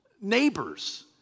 neighbors